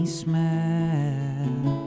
smile